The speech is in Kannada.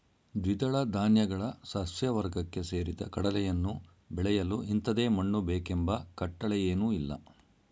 ದ್ವಿದಳ ಧಾನ್ಯಗಳ ಸಸ್ಯವರ್ಗಕ್ಕೆ ಸೇರಿದ ಕಡಲೆಯನ್ನು ಬೆಳೆಯಲು ಇಂಥದೇ ಮಣ್ಣು ಬೇಕೆಂಬ ಕಟ್ಟಳೆಯೇನೂಇಲ್ಲ